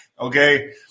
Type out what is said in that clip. okay